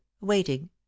waiting